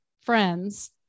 friends